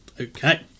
Okay